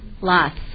Lots